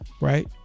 right